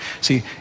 see